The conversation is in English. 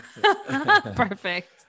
Perfect